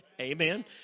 amen